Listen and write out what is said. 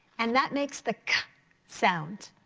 and that makes the cuh sound.